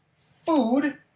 food